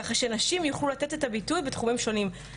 ככה שנשים יוכלו לתת את הביטוי בתחומים שונים.